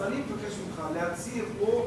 אני מבקש ממך להצהיר פה: